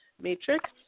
Matrix